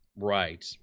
right